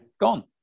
Gone